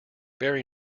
very